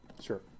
Sure